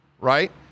right